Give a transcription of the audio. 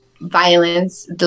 violence